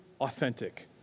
authentic